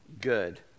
good